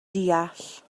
deall